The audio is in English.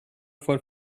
for